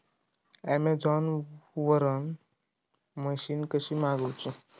Amazon वरन machine कशी मागवची?